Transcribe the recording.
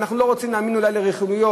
אנחנו לא רוצים להאמין אולי לרכילויות.